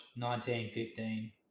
1915